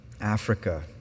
Africa